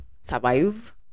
survive